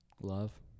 Love